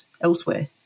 elsewhere